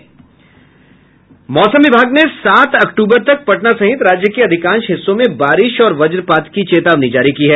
मौसम विभाग ने सात अक्टूबर तक पटना सहित राज्य के अधिकांश हिस्सों में बारिश और वजपात की चेतावनी जारी की है